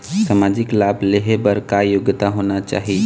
सामाजिक लाभ लेहे बर का योग्यता होना चाही?